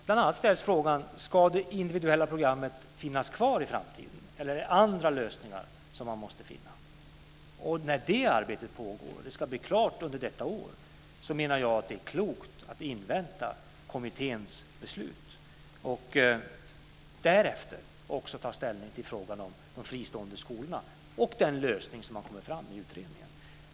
Bl.a. ställs frågan om det individuella programmet ska finnas kvar i framtiden eller om man måste finna andra lösningar. Medan detta arbete pågår - det ska bli klart under detta år - menar jag att det är klokt att invänta kommitténs beslut. Därefter kan man ta ställning till frågan om de fristående skolorna och den lösning som har kommit fram i utredningen.